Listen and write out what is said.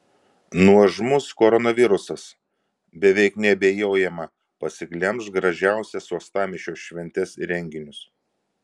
nuožmus koronavirusas beveik neabejojama pasiglemš gražiausias uostamiesčio šventes ir renginius